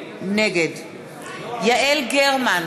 נגד יעל גרמן,